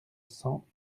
cent